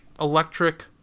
electric